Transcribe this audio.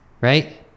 right